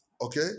Okay